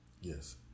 yes